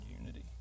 unity